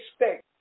expect